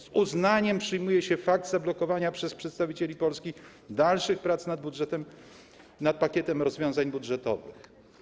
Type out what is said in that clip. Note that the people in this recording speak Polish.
Z uznaniem przyjmuje się fakt zablokowania przez przedstawicieli Polski dalszych prac nad budżetem, nad pakietem rozwiązań budżetowych.